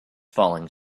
falling